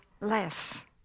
less